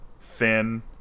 thin